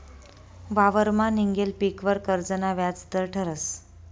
वावरमा निंघेल पीकवर कर्जना व्याज दर ठरस